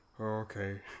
Okay